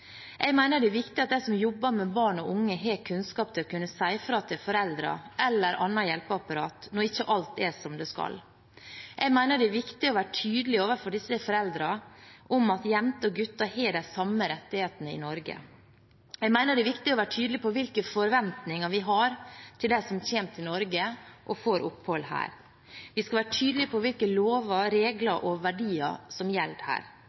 Jeg mener det er viktig at de som jobber med barn og unge, har kunnskap til å kunne si ifra til foreldre eller annet hjelpeapparat når ikke alt er som det skal. Jeg mener det er viktig å være tydelig overfor disse foreldrene på at jenter og gutter har like rettigheter i Norge. Jeg mener det er viktig å være tydelig på hvilke forventninger vi har til dem som kommer til Norge og får opphold her. Vi skal være tydelig på hvilke lover, regler og verdier som gjelder her.